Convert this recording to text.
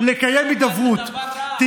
לקיים הידברות.